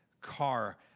car